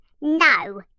No